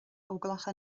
óglacha